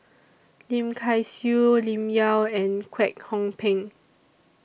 Lim Kay Siu Lim Yau and Kwek Hong Png